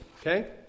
okay